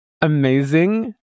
amazing